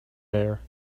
there